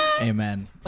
Amen